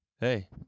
Hey